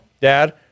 dad